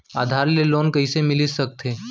आधार से लोन कइसे मिलिस सकथे?